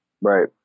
Right